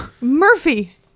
Murphy